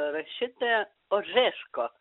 rašytoja ožeško